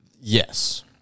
Yes